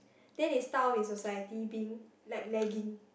then they start off in society being like lagging